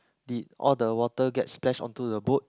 did all the water get splash on to the boat